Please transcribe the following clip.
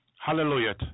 Hallelujah